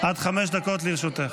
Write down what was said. חמש דקות לרשותך.